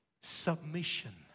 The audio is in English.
submission